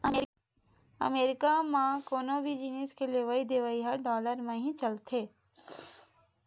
अमरीका म कोनो भी जिनिस के लेवइ देवइ ह डॉलर म ही चलथे